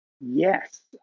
Yes